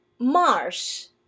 mars